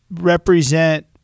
represent